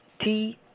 -T